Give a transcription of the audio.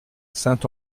saint